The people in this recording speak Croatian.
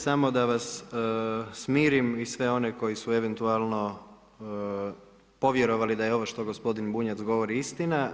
Samo da vas smirim i sve one koji su eventualno povjerovali da je ovo što gospodin Bunjac govori istina.